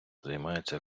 займається